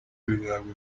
bigahabwa